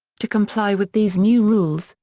to comply with these new rules,